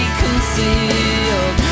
concealed